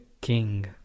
king